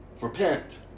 Repent